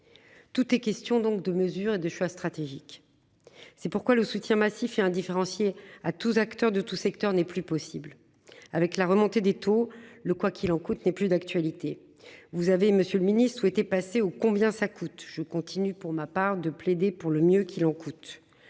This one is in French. Tout est question donc de mesures et de choix stratégiques. C'est pourquoi le soutien massif et indifférencié à tous acteurs de tous secteurs n'est plus possible avec la remontée des taux le quoi qu'il en coûte n'est plus d'actualité, vous avez Monsieur le Ministre souhaiter passer oh combien ça coûte, je continue. Pour ma part de plaider pour le mieux qu'il en coûte.